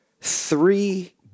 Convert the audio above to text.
three